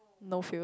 no feels